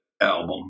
album